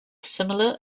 similar